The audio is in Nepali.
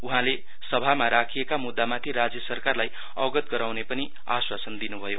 उहाँले सभामा राखिएका मुद्दामाथि राज्य सरकारलाई अवगत गराउने पनि आश्वासन दिनु भयो